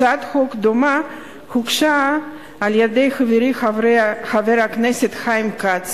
דומה הוגשה על-ידי חברי חבר הכנסת חיים כץ